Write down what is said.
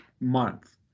month